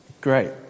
Great